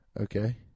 okay